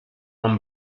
one